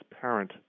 parent